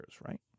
right